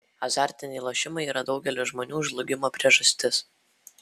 azartiniai lošimai yra daugelio žmonių žlugimo priežastis